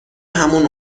همون